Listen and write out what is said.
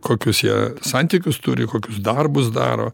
kokius jie santykius turi kokius darbus daro